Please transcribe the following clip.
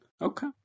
Okay